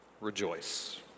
rejoice